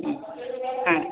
ಹ್ಞೂ ಹಾಂ